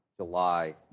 July